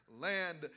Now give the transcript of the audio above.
land